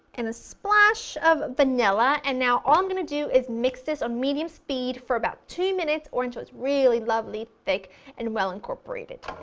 and a splash of vanilla and now all i'm going to do is mix this on medium speed for about two minutes or until it's really lovely. thick and well incorporated.